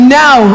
now